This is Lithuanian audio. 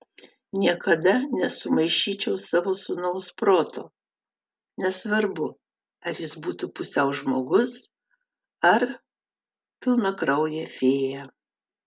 niekada nesumaišyčiau savo sūnaus proto nesvarbu ar jis būtų pusiau žmogus ar pilnakraujė fėja